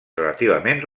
relativament